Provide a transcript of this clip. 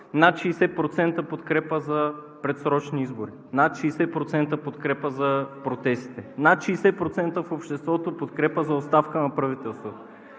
над 60% подкрепа за предсрочни избори, над 60% подкрепа за протестите, над 60% подкрепа в обществото за оставка на правителството.